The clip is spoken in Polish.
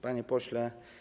Panie pośle.